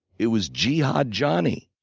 it was jihad johnny.